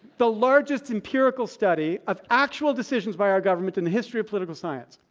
the largest empirical study of actual decisions by our government in the history of political science,